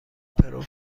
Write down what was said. پرو